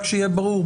רק שיהיה ברור,